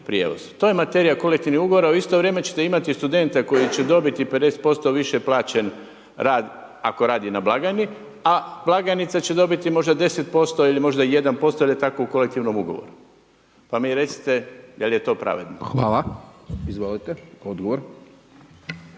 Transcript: To je materija kolektivnih ugovora a u isto vrijeme ćete imati studenta koji će dobiti 50% više plaćen rad ako radi na blagajni a blagajnica će dobiti možda 10% ili možda 1% jer je tako u kolektivnom ugovoru. Pa mi recite je li to pravedno? **Hajdaš Dončić, Siniša